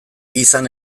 izan